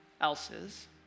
else's